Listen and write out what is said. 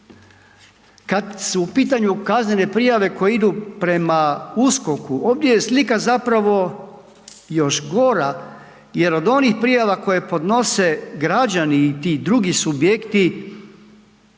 Kad su u pitanju kaznene prijave koje idu prema USKOK-u ovdje je slika zapravo još gora jer od onih prijava koje podnose građani i ti drugi subjekti